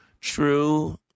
true